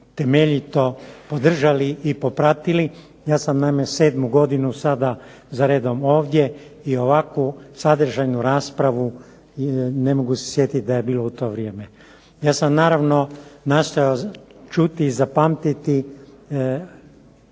temeljito podržali i popratili. Ja sam naime sedmu godinu sada za redom ovdje i ovakvu sadržajnu raspravu ne mogu se sjetiti da je bilo u to vrijeme. Ja sam naravno nastojao čuti i zapamtiti